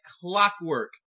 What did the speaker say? clockwork